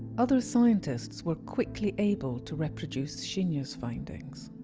other scientists were quickly able to reproduce shinya's findings.